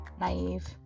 naive